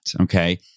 okay